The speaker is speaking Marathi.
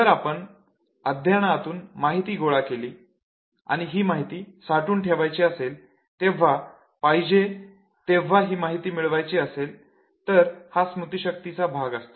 जर आपण अध्ययनातून माहिती गोळा केली आणि ही माहिती साठवून ठेवायची असेल जेव्हा पाहिजे तेव्हा ही माहिती मिळवायची असेल तर हा स्मृतीशक्तीचा भाग असतो